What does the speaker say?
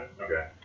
okay